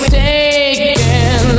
taken